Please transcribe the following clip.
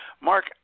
Mark